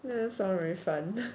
that sounds very fun